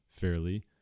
fairly